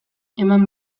eman